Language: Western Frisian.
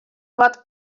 wat